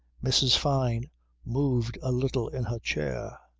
mrs. fyne moved a little in her chair.